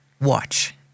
watch